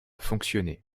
fonctionné